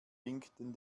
winkten